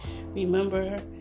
remember